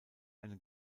eine